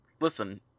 listen